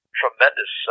tremendous